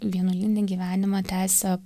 vienuolinį gyvenimą tęsia